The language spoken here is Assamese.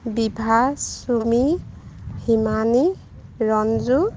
বিভাষ চুমি হিমানী ৰঞ্জু